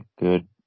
good